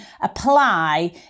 apply